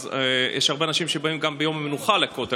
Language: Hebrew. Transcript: אז יש הרבה אנשים שמגיעים גם ביום המנוחה לכותל,